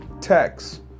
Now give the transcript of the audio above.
text